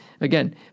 Again